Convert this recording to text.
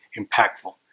impactful